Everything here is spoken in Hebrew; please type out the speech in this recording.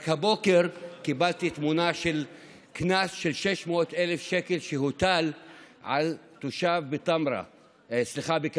רק הבוקר קיבלתי תמונה של קנס של 600,000 שקל שהוטל על תושב בכאבול,